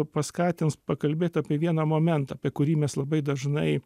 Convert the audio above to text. paskatins pakalbėt apie vieną momentą apie kurį mes labai dažnai